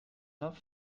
not